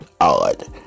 odd